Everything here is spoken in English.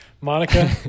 Monica